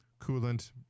coolant